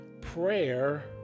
Prayer